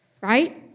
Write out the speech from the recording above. Right